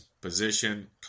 position